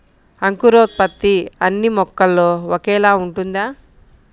అంకురోత్పత్తి అన్నీ మొక్కల్లో ఒకేలా ఉంటుందా?